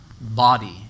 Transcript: body